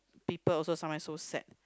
people also sometime so sad